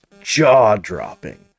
jaw-dropping